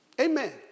Amen